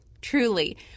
Truly